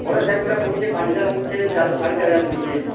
ବଡ଼ ସାଇକେଲ୍ଟା ପଡ଼ୁଚେ ପାଞ୍ଚ ହଜାର୍ ଟଙ୍କା ପଡ଼ୁଛେ ସାଢ଼େ ଚାର୍ ହଜାର୍ ପଡ଼ୁଛେ